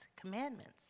commandments